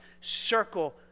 Circle